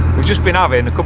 we've just been um a and